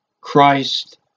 Christ